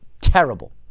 terrible